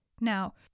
Now